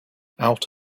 out